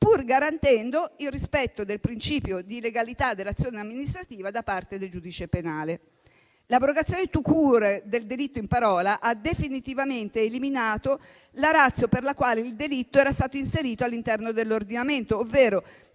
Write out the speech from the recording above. pur garantendo il rispetto del principio di legalità dell'azione amministrativa da parte del giudice penale. L'abrogazione *tout court* del delitto in parola ha definitivamente eliminato la *ratio* per la quale il delitto era stato inserito all'interno dell'ordinamento, ovvero